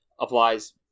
applies